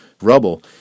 rubble